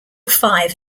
five